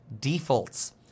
defaults